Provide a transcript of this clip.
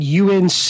UNC